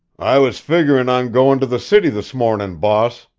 i was figurin' on goin' to the city this mornin', boss,